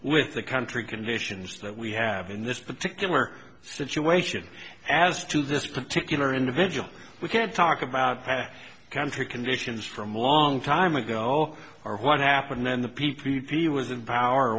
with the country conditions that we have in this particular situation as to this particular individual we can talk about past country conditions from a long time ago or what happened then the p p p was in power